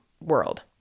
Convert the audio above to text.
world